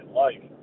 life